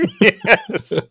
Yes